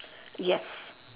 yes